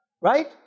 Right